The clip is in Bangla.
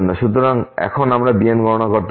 সুতরাং এখন আমরা bn গণনা করতে পারি